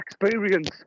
experience